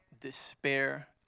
despair